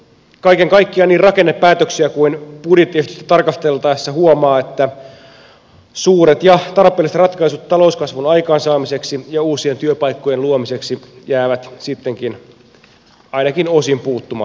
kaiken kaikkiaan niin rakennepäätöksiä kuin budjettiakin tarkasteltaessa huomaa että suuret ja tarpeelliset ratkaisut talouskasvun aikaansaamiseksi ja uusien työpaikkojen luomiseksi jäävät sittenkin ainakin osin puuttumaan